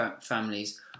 families